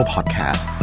Podcast